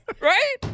Right